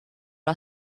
are